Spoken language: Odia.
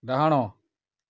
ଡାହାଣ